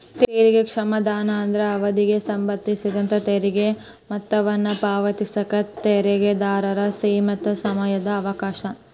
ತೆರಿಗೆ ಕ್ಷಮಾದಾನ ಅಂದ್ರ ಅವಧಿಗೆ ಸಂಬಂಧಿಸಿದಂಗ ತೆರಿಗೆ ಮೊತ್ತವನ್ನ ಪಾವತಿಸಕ ತೆರಿಗೆದಾರರ ಸೇಮಿತ ಸಮಯದ ಅವಕಾಶ